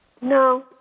No